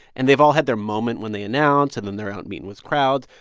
and they've all had their moment when they announce, and then they're out meeting with crowds.